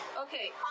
Okay